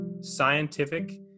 scientific